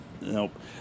Nope